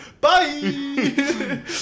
bye